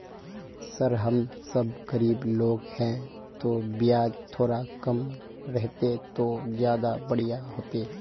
sir हम सब गरीब लोग है तो बियाज थोड़ा कम रहते तो ज्यदा बढ़िया होते